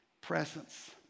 presence